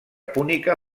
púnica